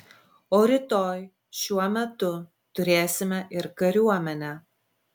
o rytoj šiuo metu turėsime ir kariuomenę